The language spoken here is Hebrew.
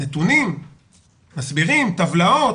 נתונים מסבירים טבלאות,